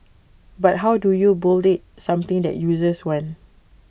but how do you build something that users want